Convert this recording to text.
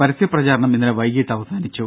പരസ്യ പ്രചാരണം ഇന്നലെ വൈകീട്ട് അവസാനിച്ചു